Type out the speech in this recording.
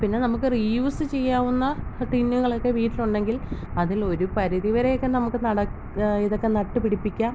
പിന്നെ നമ്മൾക്ക് റീയൂസ്സ് ചെയ്യാവുന്ന ടിന്നുകളൊക്കെ വീട്ടിലുണ്ടെങ്കിൽ അതിൽ ഒരു പരിധിവരെയൊക്കെ നമുക്ക് നട്ടു ഇതൊക്കെ നട്ടു പിടിപ്പിക്കാം